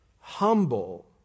Humble